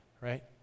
right